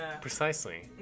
Precisely